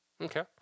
Okay